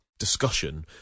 discussion